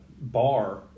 bar